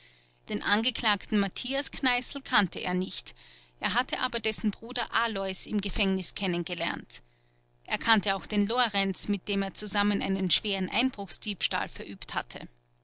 den angeklagten matthias kneißl kannte er nicht er hatte aber dessen bruder alois im gefängnis kennengelernt er kannte auch den lorenz mit dem er zusammen einen schweren einbruchsdiebstahl verübt hatte